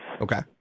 Okay